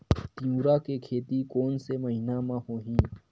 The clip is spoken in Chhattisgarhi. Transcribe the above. तीवरा के खेती कोन से महिना म होही?